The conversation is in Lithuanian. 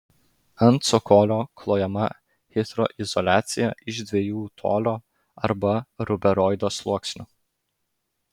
ant cokolio klojama hidroizoliacija iš dviejų tolio arba ruberoido sluoksnių